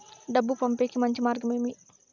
డబ్బు పంపేకి మంచి మార్గం ఏమి